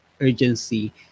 urgency